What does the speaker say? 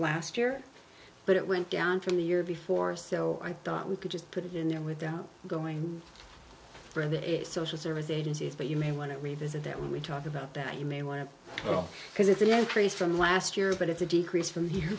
last year but it went down from the year before so i thought we could just put it in there without going for the eight social service agencies but you may want to revisit that when we talk about that you may want to go because it's the entries from last year but it's a decrease from here